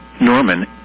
Norman